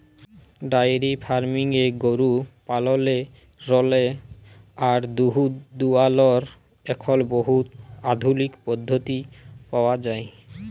diary ফার্মিংয়ে গরু পাললেরলে আর দুহুদ দুয়ালর এখল বহুত আধুলিক পদ্ধতি পাউয়া যায়